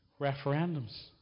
referendums